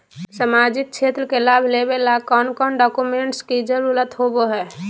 सामाजिक क्षेत्र के लाभ लेबे ला कौन कौन डाक्यूमेंट्स के जरुरत होबो होई?